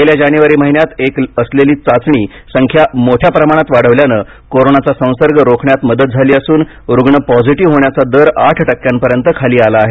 गेल्या जानेवारी महिन्यात एक असलेली चाचणी संख्या मोठ्या प्रमाणांत वाढवल्यानं कोरोनाचा संसर्ग रोखण्यात मदत झाली असून रुग्ण पॉझिटिव्ह होण्याचा दर आठ टक्क्यापर्यंत खाली आला आहे